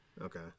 Okay